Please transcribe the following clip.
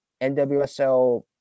NWSL